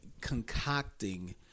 concocting